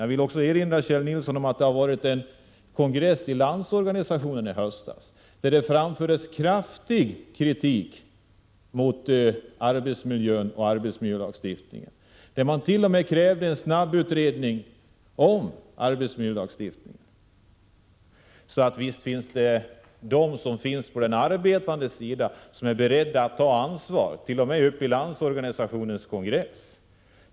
Jag vill också erinra Kjell Nilsson om att vid Landsorganisationens kongress i höstas framfördes kraftig kritik mot arbetsmiljön och arbetsmiljölagstiftningen. Man krävde t.o.m. en snabbutredning om arbetsmiljölagstiftningen. Visst finns det människor på den arbetande sidan som är beredda att ta ansvar, t.o.m. ombud vid Landsorganisationens kongress.